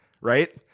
Right